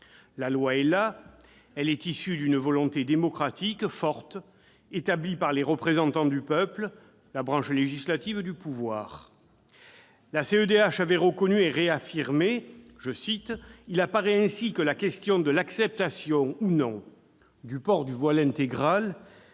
La loi est là, elle est issue d'une volonté démocratique forte établie par les représentants du peuple, la branche législative du pouvoir. La CEDH avait reconnu et réaffirmé :« Il apparaît ainsi que la question de l'acceptation ou non du port du voile intégral